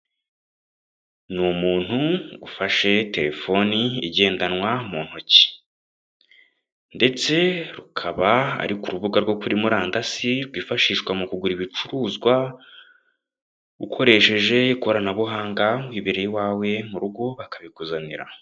Ni umuntu ufashe telephone igendanwa mu ntoki ndetse rukaba ari ku rubuga rwo kuri murandasi rwifashishwa mu kugura ibicuruzwa ukoresheje ikoranabuhanga wibereye i wawe mu rugo bakabikuzanira.